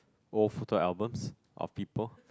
old photos albums of people